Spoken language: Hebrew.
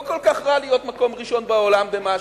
לא כל כך רע להיות מקום ראשון בעולם במשהו.